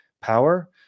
power